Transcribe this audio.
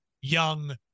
young